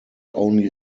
only